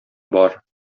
бар